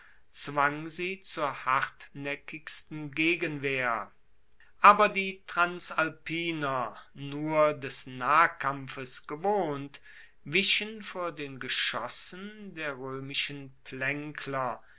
zwang sie zur hartnaeckigsten gegenwehr aber die transalpiner nur des nahkampfes gewohnt wichen vor den geschossen der roemischen